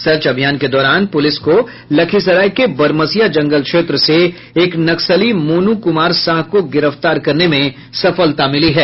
search अभियान के दौरान पुलिस को लखीसराय के बरमसिया जंगल क्षेत्र से एक नक्सली मोनू कुमार साह को गिरफ्तार करने में सफलता मिली है